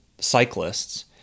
cyclists